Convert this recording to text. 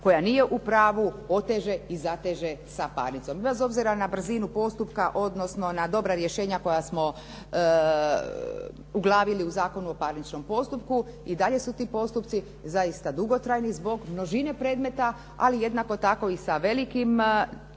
koja nije u pravu oteže i zateže sa parnicom bez obzira na brzinu postupka odnosno na dobra rješenja koja smo uglavili u Zakonu o parničnom postupku i dalje su ti postupci zaista dugotrajni zbog množine predmeta ali jednako tako i sa velikim